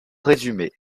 résumé